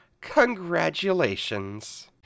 Congratulations